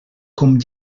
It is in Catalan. com